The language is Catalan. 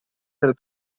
del